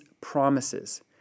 promises